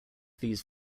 these